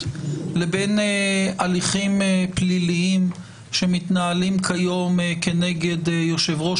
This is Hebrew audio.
לבין הליכים פליליים שמתנהלים כיום כנגד יושב-ראש